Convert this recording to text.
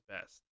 best